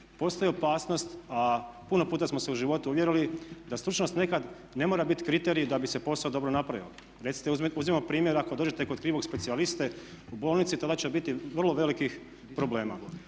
Postoji opasnost, a puno puta smo se u životu uvjerili da stručnost nekad ne mora biti kriterij da bi se posao dobro napravio. Recimo uzimo primjer ako dođemo kod krivog specijaliste u bolnici tada će biti vrlo velikih problema.